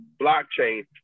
blockchain